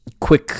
quick